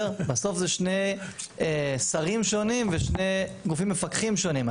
זה שני שרים שונים ושני גופים מפקחים שונים.